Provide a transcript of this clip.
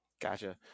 Gotcha